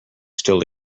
still